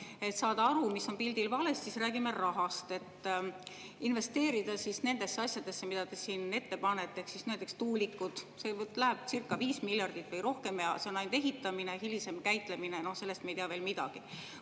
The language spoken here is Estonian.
et saada aru, mis on pildil valesti, räägime rahast. Investeerimiseks nendesse asjadesse, mida te siin ette panete, näiteks tuulikutesse, lähebcirca5 miljardit või rohkem. Ja see on ainult ehitamine, hilisemast käitlemisest ei tea me veel midagi.